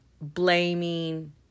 blaming